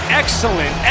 excellent